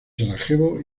sarajevo